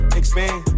expand